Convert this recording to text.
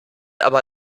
aber